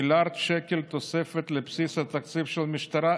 מיליארד שקל תוספת לבסיס התקציב של המשטרה,